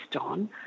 on